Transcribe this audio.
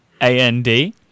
A-N-D